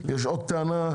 יש עוד טענה,